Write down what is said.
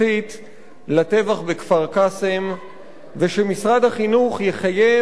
לטבח בכפר-קאסם ושמשרד החינוך יחייב הקצאה של